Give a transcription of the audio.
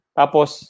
tapos